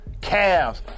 Cavs